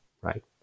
right